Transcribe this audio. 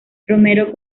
romero